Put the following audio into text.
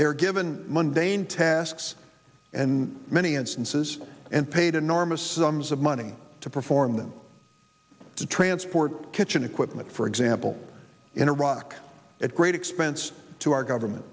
were given monday in tasks and many instances and paid enormous sums of money to perform them to transport kitchen equipment for example in iraq at great expense to our government